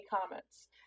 comments